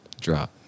Drop